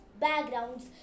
backgrounds